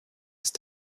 ist